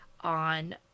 on